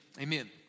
Amen